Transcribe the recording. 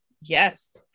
Yes